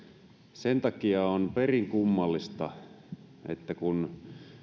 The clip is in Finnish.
sen takia on perin kummallista että kun